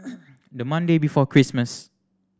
the Monday before Christmas